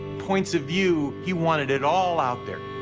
points of view, he wanted it all out there.